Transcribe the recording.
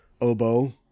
oboe